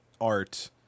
art